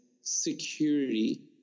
security